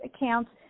accounts